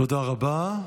תודה רבה.